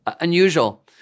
unusual